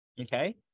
okay